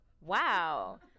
wow